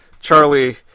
Charlie